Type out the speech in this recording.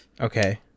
Okay